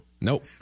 Nope